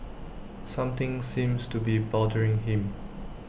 something seems to be bothering him